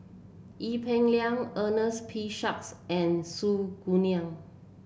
Ee Peng Liang Ernest P Shanks and Su Guaning